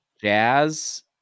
Jazz